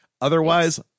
Otherwise